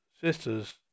sisters